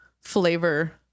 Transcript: flavor